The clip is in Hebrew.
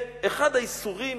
אחד האיסורים